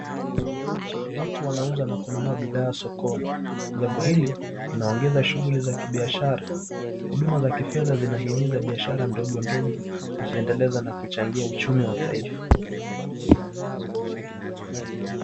Watu wanauza na kununua bidhaa sokoni. Jambo hili linaongeza shughuli ya kibiashara. Huduma za kifedha zinaimiza biashara ndogo ndogo kujiendeleza na kuchangia uchumi wa taifa.